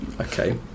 Okay